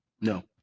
No